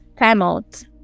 timeout